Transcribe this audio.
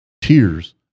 tears